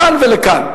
לכאן ולכאן.